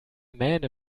mähne